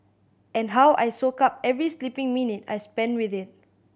and how I soak up every sleeping minute I spend with it